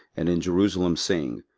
and in jerusalem, saying,